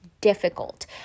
difficult